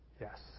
Yes